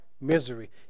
misery